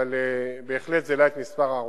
אבל בהחלט זה העלה את מספר ההרוגים.